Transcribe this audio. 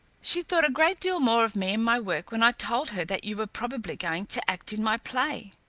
she thought a great deal more of me and my work when i told her that you were probably going to act in my play.